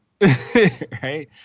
right